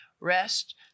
rest